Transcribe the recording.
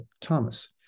Thomas